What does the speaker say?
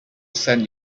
send